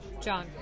John